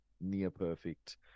near-perfect